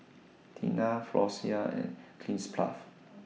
Tena Floxia and Cleanz Plus